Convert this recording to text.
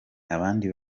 abandi